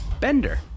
bender